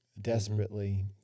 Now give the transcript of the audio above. desperately